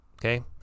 okay